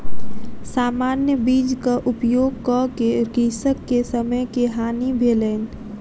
सामान्य बीजक उपयोग कअ के कृषक के समय के हानि भेलैन